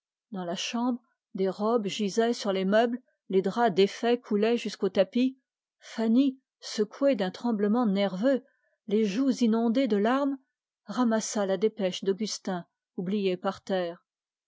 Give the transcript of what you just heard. dans la chambre des robes gisaient sur les meubles les draps défaits coulaient jusqu'au tapis fanny secouée d'un tremblement les joues inondées de larmes ramassa la dépêche d'augustin oubliée par terre